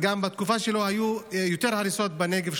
בתקופה שלו היו יותר הריסות בנגב,